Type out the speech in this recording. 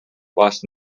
lost